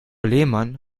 lehmann